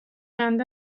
چند